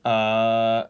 uh